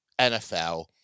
NFL